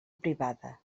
privada